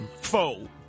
foe